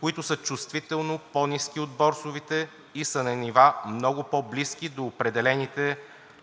които са чувствително по-ниски от борсовите, и са на нива, много по-близки до определените